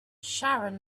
sharon